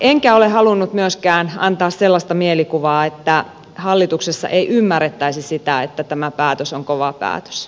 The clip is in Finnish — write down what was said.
enkä ole halunnut myöskään antaa sellaista mielikuvaa että hallituksessa ei ymmärrettäisi sitä että tämä päätös on kova päätös